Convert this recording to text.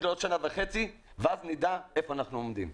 זה בעוד שנה וחצי ואז נדע איפה אנחנו עומדים.